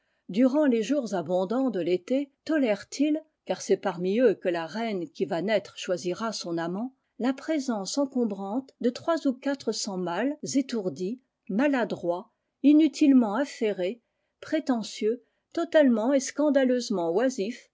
durant ips jours abondants de l'été tolère t-il car c'est parmi eux que la reine qui va naître choisira son amant la présence encombrante de trois ou quatre cents mâles étourdis maladroits inutilement affairés prétentieux totalement et scandaleusement oisifs